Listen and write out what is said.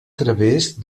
través